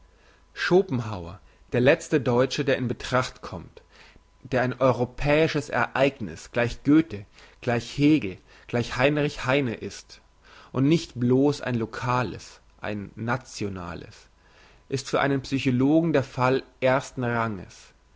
schopenhauer der letzte deutsche der in betracht kommt der ein europäisches ereigniss gleich goethe gleich hegel gleich heinrich heine ist und nicht bloss ein lokales ein nationales ist für einen psychologen ein fall ersten ranges